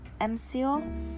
MCO